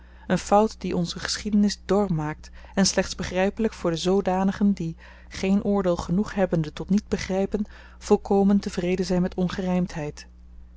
een fout die onze geschiedenis dor maakt en slechts begrypelyk voor de zoodanigen die geen oordeel genoeg hebbende tot niet begrypen volkomen tevreden zyn met